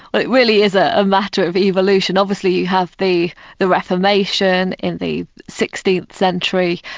it really is ah a matter of evolution. obviously you have the the reformation in the sixteenth century,